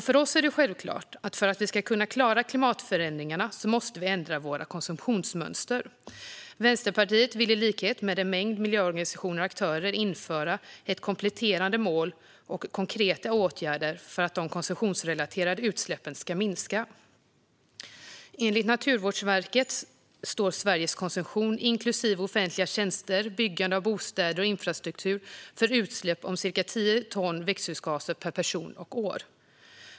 För oss är det självklart att för att vi ska kunna klara klimatförändringarna måste vi ändra våra konsumtionsmönster. Vänsterpartiet vill i likhet med en mängd miljöorganisationer och aktörer införa ett kompletterande mål och konkreta åtgärder för att de konsumtionsrelaterade utsläppen ska minska. Enligt Naturvårdsverket står Sveriges konsumtion, inklusive offentliga tjänster, byggande av bostäder och infrastruktur, för utsläpp om cirka tio ton växthusgaser per person och år.